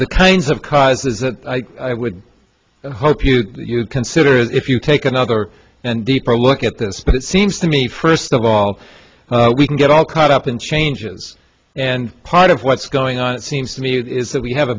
the kinds of causes that i would hope you consider if you take another and deeper look at this but it seems to me first of all we can get all caught up in changes and part of what's going on it seems to me is that we have